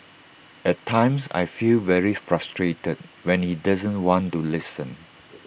at times I feel very frustrated when he doesn't want to listen